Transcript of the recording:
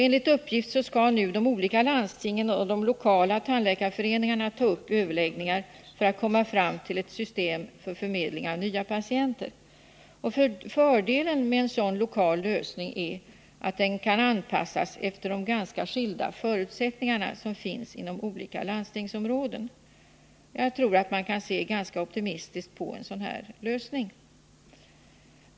Enligt uppgift skall nu de olika landstingen och de lokala tandläkarföreningarna ta upp överläggningar för att komma fram till ett system för förmedling av nya patienter. Fördelen med en sådan lokal lösning är att den kan anpassas efter de ganska skilda förutsättningar som finns inom olika landstingsområden. Jag tror att man kan se ganska optimistiskt på en sådan här lösning.